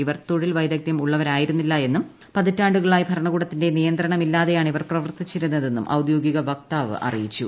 ഇവർ തൊഴിൽ വൈദഗ്ദ്ധ്യം ഉള്ളവരായിരുന്നില്ല് എന്നും പതിറ്റാണ്ടുകളായി ഭരണകൂടത്തിന്റെ നിയന്ത്രമില്ലാതെയാണ് ഇവർ പ്രവർത്തിച്ചിരുന്ന്തെന്നും ഒന്ന്ദ്യോഗിക വക്താവ് നിക് മൊഹമ്മദ് നസാരി അറിയിച്ചു